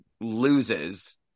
loses